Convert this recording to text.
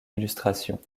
illustrations